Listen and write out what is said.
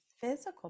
physical